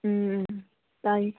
ꯎꯝ ꯇꯥꯏꯌꯦ